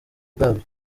bwabyo